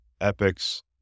Epic's